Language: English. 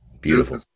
Beautiful